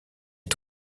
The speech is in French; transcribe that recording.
est